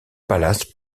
palace